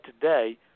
Today